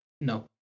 No